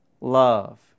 love